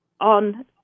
on